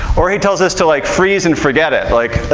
or he tells us to like freeze and forget it, like